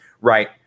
right